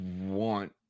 want